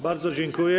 Bardzo dziękuję.